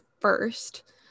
first